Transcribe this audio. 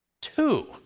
Two